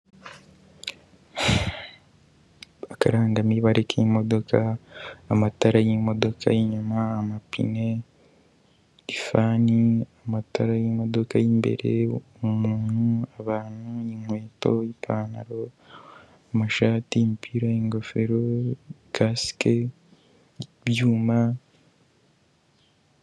Bakaranga ni barika ry'modoka, amatara y'imodoka, yinyuma amapine ya rifani, amatara y'imodoka y'imbere, abantu n'inkweto, ipantaro, amashati imipira y'igofero kasike n'ibyuma.